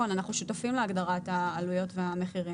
אנחנו שותפים להגדרת העלויות והמחירים.